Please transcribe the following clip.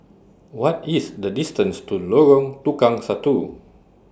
What IS The distance to Lorong Tukang Satu